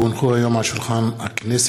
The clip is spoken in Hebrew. כי הונחו היום על שולחן הכנסת,